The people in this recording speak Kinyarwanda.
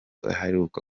aheruka